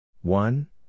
one